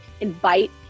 Invite